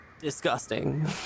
disgusting